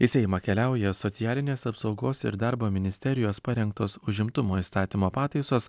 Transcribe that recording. į seimą keliauja socialinės apsaugos ir darbo ministerijos parengtos užimtumo įstatymo pataisos